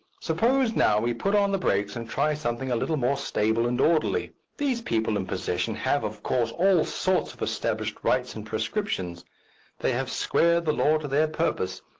suppose now we put on the brakes and try something a little more stable and orderly. these people in possession have, of course, all sorts of established rights and prescriptions they have squared the law to their purpose,